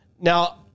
Now